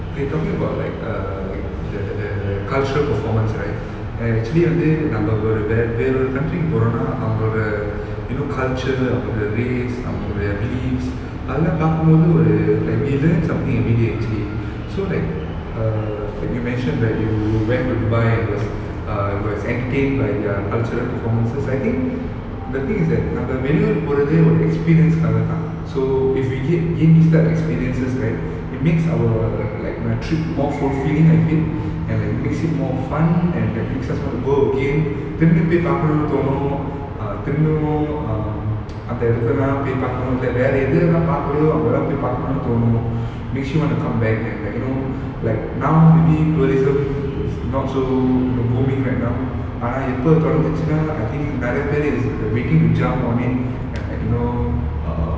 okay talking about like err like the the the cultural performance right eh actually வந்து நம்ம ஒரு வேறொரு:vanthu namma oru veroru country in கு போறோம்னா அவங்களோட:ku poromna avangaloda you know culture அவங்களோட:avangaloda the race அவங்களோட:avangalaoda beliefs அதுலாம் பார்க்கும் போது:adhulam parkum pothu like we learn something immediately actually so like err you mentioned right you you went to dubai and was err was entertained by their cultural performances I think the thing is that நம்ம வெளியூர் போறதே ஒரு:namma velliyyoor porathe oru experience காக தான்:kaga thaan so if we get gain this type of experiences right it makes our like my trip more fulfilling actually and like makes it more fun and like makes us want to go again திரும்பி போய் பார்க்கணும்னு தோணும்:thirumbi poi parkanumnu thonum err திரும்பவும்:thirumbavum um அந்த இடத்தலாம் போய் பார்க்கணும் இல்ல வேற எதுலாம் பார்கலையோ அங்கலாம் போய் பார்க்கணும்னு தோணும்:antha idathalam poi parakanum illa vera edhulam parkalaiyo angalam poi parakanumnu thonum makes you want to come back and like you know like now maybe tourism is not so booming right now ஆனா எப்போ தொடங்குச்சுன்னா:aana epo thodanguchunna I think நிறைய பேரு:niraya peru is err waiting to jump on it and and you know um